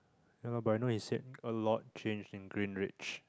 ya lor but I know his head a lot change in green rage